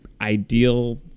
ideal